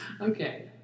Okay